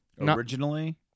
Originally